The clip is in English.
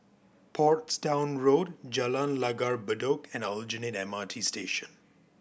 Portsdown Road Jalan Langgar Bedok and Aljunied M R T Station